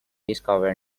discover